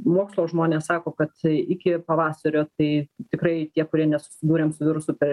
mokslo žmonės sako kad iki pavasario tai tikrai tie kurie nesusidūrėm su virusu perskrido per